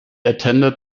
attended